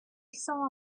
saw